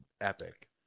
epic